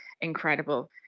incredible